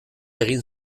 egin